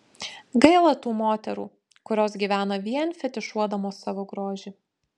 gaila tų moterų kurios gyvena vien fetišuodamos savo grožį